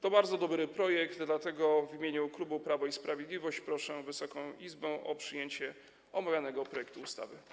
To bardzo dobry projekt, dlatego w imieniu klubu Prawo i Sprawiedliwość proszę Wysoką Izbę o przyjęcie omawianego projektu ustawy.